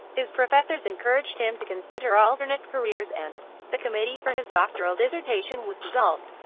his professors encouraged him to consider alternate careers and the committee for his doctoral dissertation was dissolved,